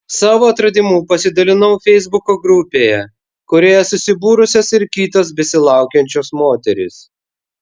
savo atradimu pasidalinau feisbuko grupėje kurioje susibūrusios ir kitos besilaukiančios moterys